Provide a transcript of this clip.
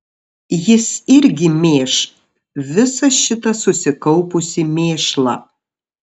jis irgi mėš visą šitą susikaupusį mėšlą